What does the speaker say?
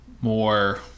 more